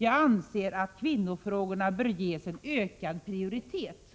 Jag anser att kvinnofrågorna bör ges en ökad prioritet.”